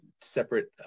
separate